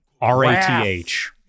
R-A-T-H